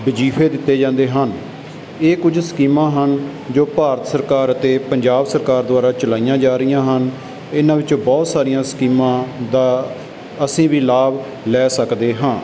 ਵਜ਼ੀਫੇ ਦਿੱਤੇ ਜਾਂਦੇ ਹਨ ਇਹ ਕੁਝ ਸਕੀਮਾਂ ਹਨ ਜੋ ਭਾਰਤ ਸਰਕਾਰ ਅਤੇ ਪੰਜਾਬ ਸਰਕਾਰ ਦੁਆਰਾ ਚਲਾਈਆਂ ਜਾ ਰਹੀਆਂ ਹਨ ਇਨ੍ਹਾਂ ਵਿੱਚ ਬਹੁਤ ਸਾਰੀਆਂ ਸਕੀਮਾਂ ਦਾ ਅਸੀਂ ਵੀ ਲਾਭ ਲੈ ਸਕਦੇ ਹਾਂ